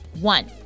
One